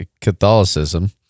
Catholicism